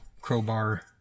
Crowbar